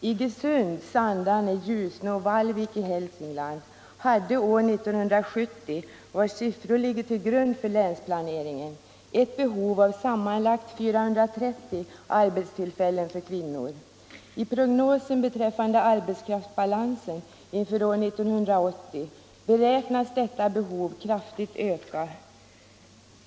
Iggesund, Sandarne, Ljusne och Vallvik i Hälsingland hade år 1970 — det är siffrorna från 1970 som ligger till grund för länsplaneringen — ett behov av sammanlagt 430 arbetstillfällen för kvinnor. I prognosen beträffande arbetskraftsbalansen inför år 1980 beräknas detta behov kraftigt öka.